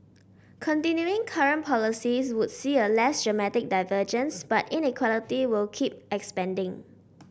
continuing current policies would see a less dramatic divergence but inequality will keep expanding